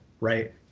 right